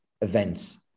events